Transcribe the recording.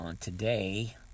Today